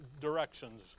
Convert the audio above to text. directions